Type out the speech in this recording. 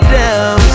down